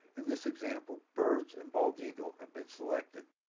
in this example birds and bald eagle have been selected.